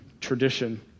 tradition